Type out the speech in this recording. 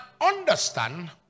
understand